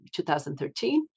2013